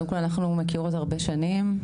אנחנו מכירות הרבה שנים,